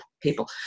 people